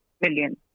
million